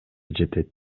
жетет